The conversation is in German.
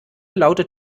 lautet